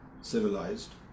civilized